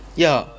ya